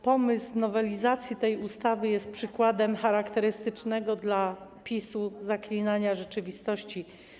Pomysł nowelizacji tej ustawy jest przykładem charakterystycznego dla PiS-u zaklinania rzeczywistości.